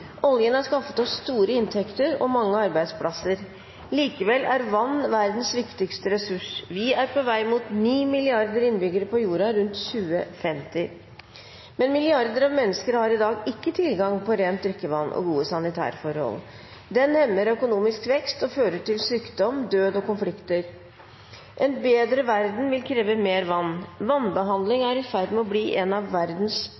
Oljen har skaffet oss store inntekter og mange arbeidsplasser. Likevel vil jeg hevde at vann er verdens viktigste ressurs. Det er det som er den livgivende og grunnleggende kraft. Vi er på vei mot 9 milliarder innbyggere i verden rundt 2050. Globalt er vann et knapphetsgode allerede før vi er blitt sju milliarder. Milliarder av mennesker har ikke tilgang på rent drikkevann og tilfredsstillende sanitærforhold. Det hemmer økonomisk vekst og fører til sykdom, død og konflikter. En bedre verden vil